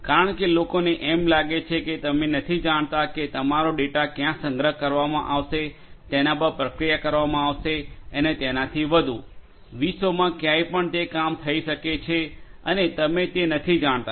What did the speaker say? કારણ કે લોકોને એમ લાગે છે કે તમે નથી જાણતા કે તમારો ડેટા ક્યાં સંગ્રહ કરવામાં આવશે તેના પર પ્રક્રિયા કરવામાં આવશે અને તેનાથી વધુ વિશ્વમાં ક્યાંય પણ તે કામ થઈ શકે છે અને તમે તે નથી જાણતા